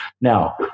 Now